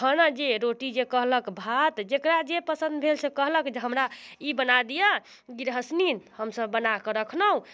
खाना जे रोटी जे कहलक भात जकरा जे पसन्द भेल से कहलक हमरा ई बना दियऽ गिरहसनी हमसभ बनाकऽ रखनहुँ